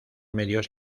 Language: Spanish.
medios